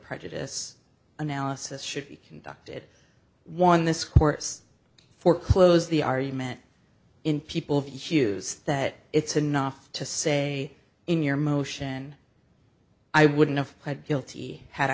prejudice analysis should be conducted one this course for close the argument in people of hughes that it's enough to say in your motion i wouldn't have pled guilty had